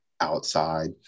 outside